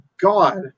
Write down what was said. God